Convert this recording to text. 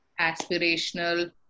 aspirational